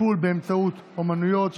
טיפול באמצעות אומנויות),